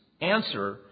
answer